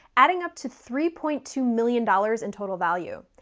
adding up to three point two million dollars in total value.